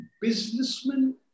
businessmen